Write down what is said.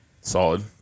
Solid